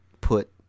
put